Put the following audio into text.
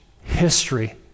history